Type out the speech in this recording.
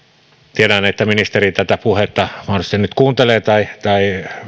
tiedän että ministeri tätä puhetta mahdollisesti nyt kuuntelee tai tai